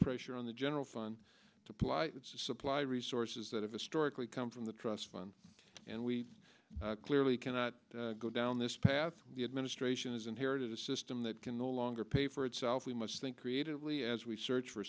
pressure on the general fund to ply supply resources that have historically come from the trust fund and we clearly cannot go down this path the administration has inherited a system that can no longer pay for itself we must think creatively as we search for